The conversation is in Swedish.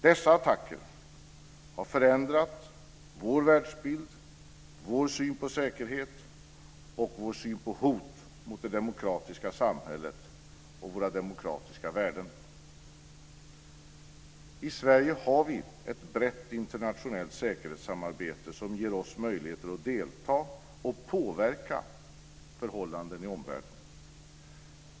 Dessa attacker har förändrat vår världsbild, vår syn på säkerhet och vår syn på hot mot det demokratiska samhället och våra demokratiska värden. I Sverige har vi ett brett internationellt säkerhetssamarbete som ger oss möjligheter att delta och påverka förhållanden i omvärlden.